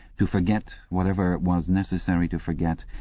to forget whatever it was necessary to forget,